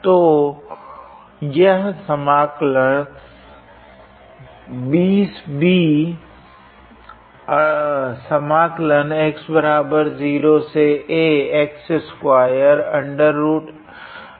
तो यह समाकल होगा